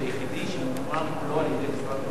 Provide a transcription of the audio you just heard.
היחידי שממומן כולו על-ידי משרד התחבורה,